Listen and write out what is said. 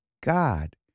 God